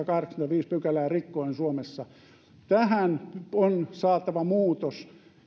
pykälää rikkoen suomessa tähän on saatava muutos